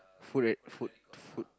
food eh food food